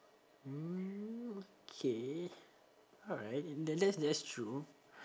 mm okay alright then that's that's true